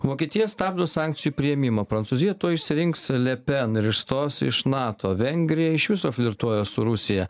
vokietija stabdo sankcijų priėmimą prancūzija tuoj išsirinks le pen ir išstos iš nato vengrija iš viso flirtuoja su rusija